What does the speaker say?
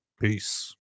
peace